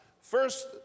First